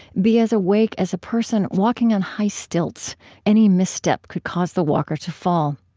be as awake as a person walking on high stilts any misstep could cause the walker to fall.